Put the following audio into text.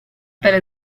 pelle